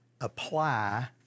apply